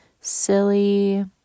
silly